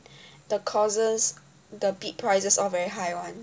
the courses the bid prices all very high [one]